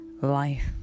life